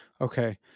Okay